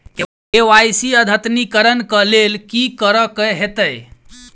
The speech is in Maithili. के.वाई.सी अद्यतनीकरण कऽ लेल की करऽ कऽ हेतइ?